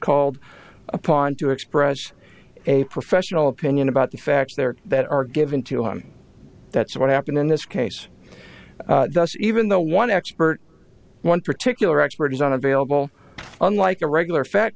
called upon to express a professional opinion about the facts there that are given to him that's what happened in this case thus even though one expert one particular expertise on available unlike a regular fact